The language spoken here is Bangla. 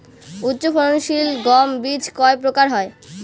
উচ্চ ফলন সিল গম বীজ কয় প্রকার হয়?